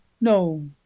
No